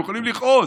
הם יכולים לכעוס,